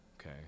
okay